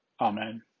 Amen